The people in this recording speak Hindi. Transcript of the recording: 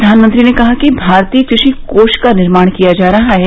प्रधानमंत्री ने कहा कि भारतीय कृषि कोष का निर्माण किया जा रहा है